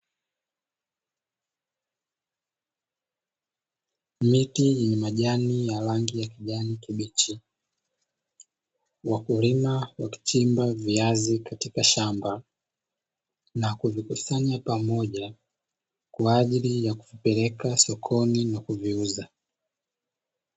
Miti yenye majani ya rangi ya kijani kibichi, wakulima wakichimba viazi katika shamba na kuvikusanya pamoja kwa ajili ya kuvipeleka sokoni na kuviuza.